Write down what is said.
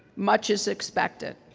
much is expected.